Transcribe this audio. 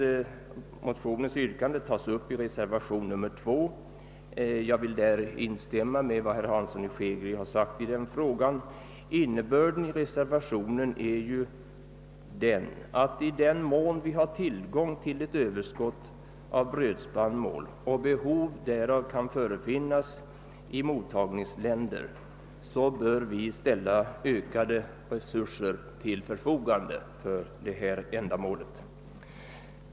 Motionens yrkande tas upp i reservationen 2. Jag instämmer i vad herr Hansson i Skegrie har sagt i denna fråga. Innebörden i reservationen är att vi — i den mån vi har tillgång till ett överskott av brödspannmål och behov därav kan förefinnas i mottagarländer — bör ställa ökade resurser till förfogande för detta ändamål.